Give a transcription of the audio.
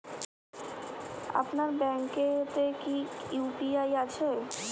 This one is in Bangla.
আপনার ব্যাঙ্ক এ তে কি ইউ.পি.আই অ্যাপ আছে?